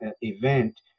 event